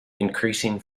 increasing